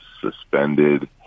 suspended